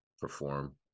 perform